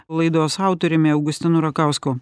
laidos autoriumi augustinu rakausku